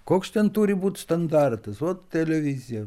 koks ten turi būt standartas vat televizija